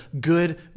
good